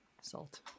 Salt